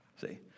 See